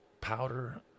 powder